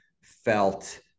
felt